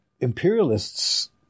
imperialists